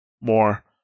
more